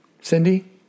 Cindy